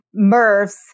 Murphs